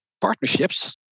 partnerships